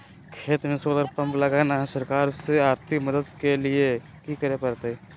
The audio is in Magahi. खेत में सोलर पंप लगाना है, सरकार से आर्थिक मदद के लिए की करे परतय?